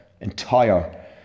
entire